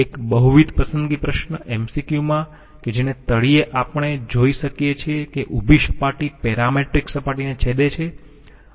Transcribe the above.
એક બહુવિધ પસંદગી પ્રશ્ન માં કે જેને તળિયે આપણે જોઈ શકીએ છીએ કે ઉભી સપાટી પેરામેટ્રિક સપાટીને છેદે છે